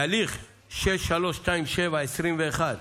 בהליך 6327/21,